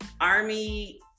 ARMY